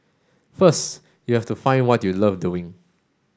first you have to find what you love doing